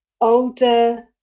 older